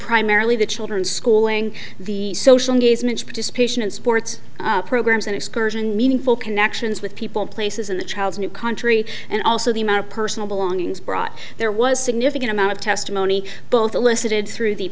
primarily the children's schooling the social participation in sports programs and excursion meaningful connections with people places in the child's new country and also the amount of personal belongings brought there was significant amount of testimony both elicited through the